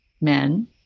men